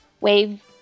wave